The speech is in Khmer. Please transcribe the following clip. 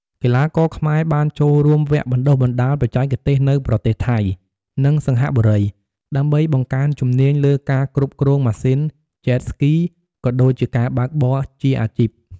កីឡាករខ្មែរបានចូលរួមវគ្គបណ្តុះបណ្តាលបច្ចេកទេសនៅប្រទេសថៃ និងសិង្ហបុរី ដើម្បីបង្កើនជំនាញលើការគ្រប់គ្រងម៉ាស៊ីន Jet Ski ក៏ដូចជាការបើកបរជាអាជីព។